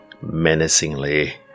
menacingly